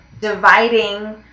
dividing